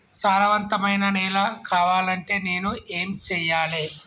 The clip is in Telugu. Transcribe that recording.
సారవంతమైన నేల కావాలంటే నేను ఏం చెయ్యాలే?